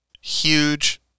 Huge